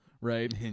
right